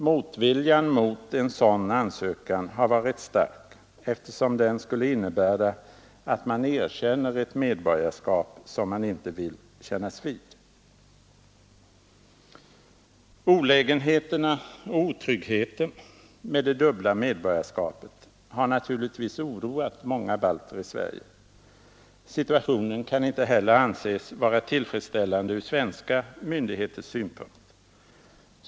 Motviljan mot en sådan ansökan har varit stark, eftersom den skulle innebära att man erkänner ett medborgarskap som man inte vill känna vid. Olägenheterna och otryggheten med det dubbla medborgarskapet har naturligtvis oroat många balter i Sverige. Situationen kan inte heller anses vara tillfredsställande ur svenska myndigheters synpunkt.